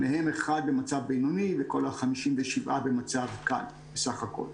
מהם אחד במצב בינוני וכל ה-57 במצב קל בסך הכול.